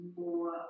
more